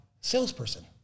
salesperson